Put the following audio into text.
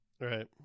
Right